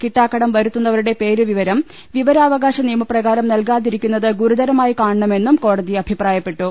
കിട്ടാക്കടം വരുത്തുന്നവരുടെ പേരു വിവരം വിവരാവകാശ നിയമപ്രകാരം നൽകാതിരിക്കുന്നത് ഗുരുതരമായി കാണണമെന്നും കോടതി അഭിപ്രായപ്പെട്ടു